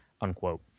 unquote